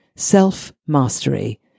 self-mastery